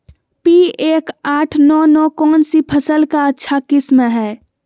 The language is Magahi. पी एक आठ नौ नौ कौन सी फसल का अच्छा किस्म हैं?